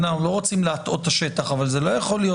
אנחנו לא רוצים להטעות את השטח אבל זה לא יכול להיות